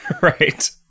Right